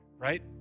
right